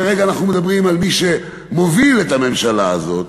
כרגע אנחנו מדברים על מי שמוביל את הממשלה הזאת,